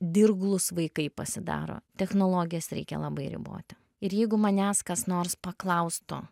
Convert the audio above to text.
dirglus vaikai pasidaro technologijas reikia labai riboti ir jeigu manęs kas nors paklaustų